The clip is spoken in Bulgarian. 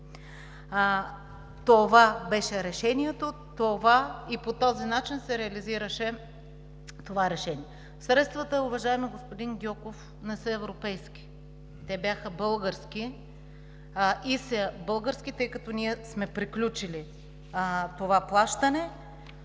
Това беше решението и по този начин се реализираше това решение. Средствата, уважаеми господин Гьоков, не са европейски. Те бяха български, тъй като ние сме приключили това плащане